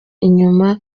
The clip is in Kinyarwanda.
inyuma